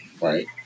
right